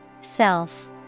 Self